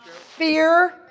fear